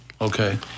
Okay